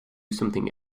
something